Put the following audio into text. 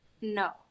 No